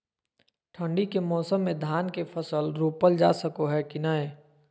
ठंडी के मौसम में धान के फसल रोपल जा सको है कि नय?